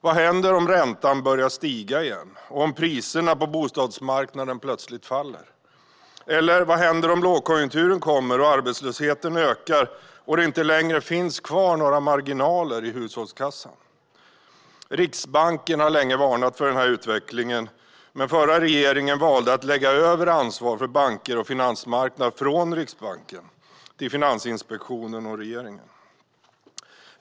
Vad händer om räntan börjar stiga igen och om priserna på bostadsmarknaden plötsligt faller? Vad händer om lågkonjunkturen kommer och arbetslösheten ökar och det inte längre finns några marginaler kvar i hushållskassan? Riksbanken har länge varnat för denna utveckling, men den förra regeringen valde att lyfta över ansvaret för banker och finansmarknader från Riksbanken till Finansinspektionen och regeringen.